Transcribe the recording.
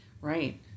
Right